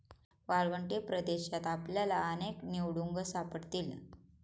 वाळवंटी प्रदेशात आपल्याला अनेक निवडुंग सापडतील